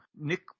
Nick